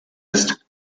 ist